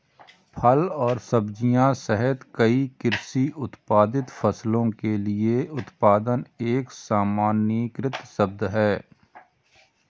फल और सब्जियां सहित कई कृषि उत्पादित फसलों के लिए उत्पादन एक सामान्यीकृत शब्द है